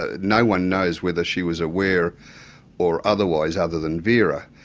ah no-one knows whether she was aware or otherwise, other than vera.